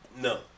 No